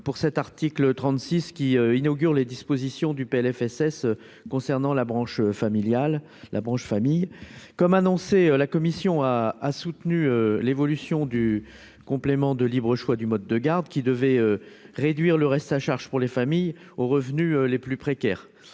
pour cet article 36 qui inaugure les dispositions du Plfss concernant la branche familiale, la branche famille, comme annoncé, la commission a a soutenu l'évolution du complément de libre choix du mode de garde qui devait réduire le reste à charge pour les familles aux revenus les plus précaires,